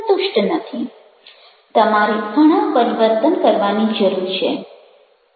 તમારે ઘણા પરિવર્તન કરવાની જરૂર છે